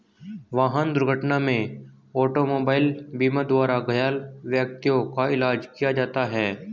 वाहन दुर्घटना में ऑटोमोबाइल बीमा द्वारा घायल व्यक्तियों का इलाज किया जाता है